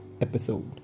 episode